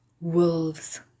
Wolves